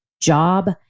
job